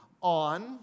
on